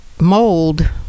mold